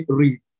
read